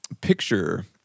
picture